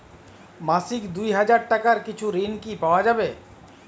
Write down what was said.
মাসিক দুই হাজার টাকার কিছু ঋণ কি পাওয়া যাবে?